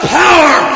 power